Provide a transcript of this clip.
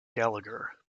gallagher